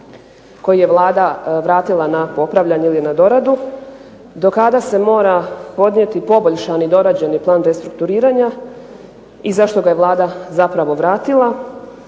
koji je Vlada vratila na popravljanje ili na doradu. Do kada se mora podnijeti poboljšani, dorađeni plan restrukturiranja i zašto ga je Vlada zapravo vratila?